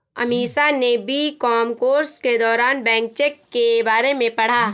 अमीषा ने BCom course के दौरान बैंक चेक के बारे में पढ़ा